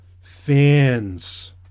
fans